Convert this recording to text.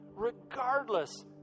regardless